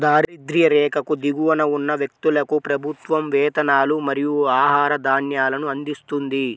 దారిద్య్ర రేఖకు దిగువన ఉన్న వ్యక్తులకు ప్రభుత్వం వేతనాలు మరియు ఆహార ధాన్యాలను అందిస్తుంది